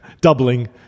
doubling